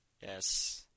Yes